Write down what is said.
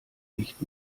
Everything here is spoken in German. nicht